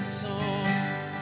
songs